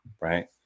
right